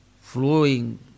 flowing